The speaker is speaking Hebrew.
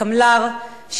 הקמל"ר,